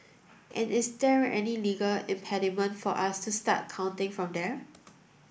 and is there any legal impediment for us to start counting from there